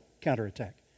counterattack